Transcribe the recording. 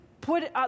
put